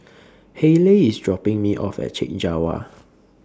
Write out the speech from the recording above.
Hayleigh IS dropping Me off At Chek Jawa